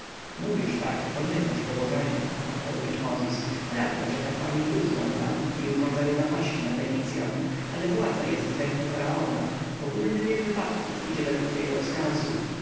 mówisz tak bo nie znasz położenia odparł tutmozis prawda że kapłani bróżdżą nam i urządzają napaści na fenicjan ale władza jest w ręku faraona ogólny bieg wypadków idzie według jego rozkazów